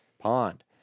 pond